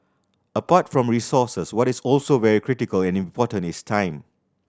apart from resources what is also very critical and important is time